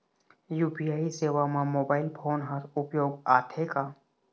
UPI सेवा म mobile phone हर उपयोग आथे का?